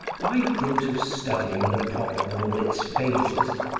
by dint of studying the problem in all its phases,